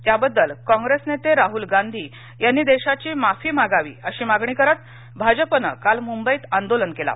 त्याबद्दल काँप्रेस नेते राहुल गांधी यांनी देशाची माफी मागावी अशी मागणी करत भाजपानं काल मुंबईत आंदोलन केलं